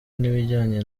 n’ibijyanye